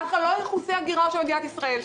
כך לא יכוסה הגירעון של מדינת ישראל.